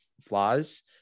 flaws